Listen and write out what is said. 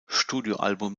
studioalbum